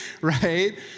right